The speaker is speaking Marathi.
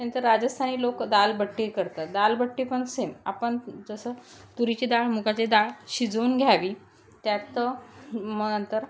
नंतर राजस्थानी लोक दाल बट्टी करतात दालबट्टी पण सेम आपण जसं तुरीचे डाळ मुगाचे डाळ शिजवून घ्यावी त्यात मग नंतर